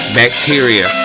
bacteria